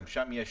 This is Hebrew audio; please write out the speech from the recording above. גם שם יש